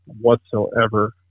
whatsoever